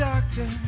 Doctor